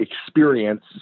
experience